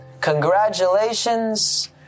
Congratulations